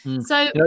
So-